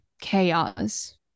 chaos